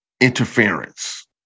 interference